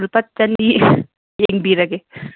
ꯂꯨꯄꯥ ꯆꯅꯤ ꯌꯦꯡꯕꯤꯔꯒꯦ